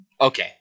okay